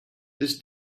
this